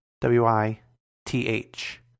W-I-T-H